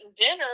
dinner